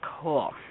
Cool